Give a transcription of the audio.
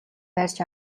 барьж